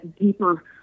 deeper